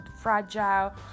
fragile